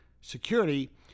security